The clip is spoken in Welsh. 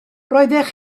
roeddech